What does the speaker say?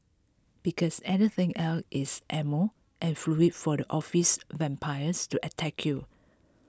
because anything else is ammo and fuel for the office vampires to attack you